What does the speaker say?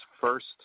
first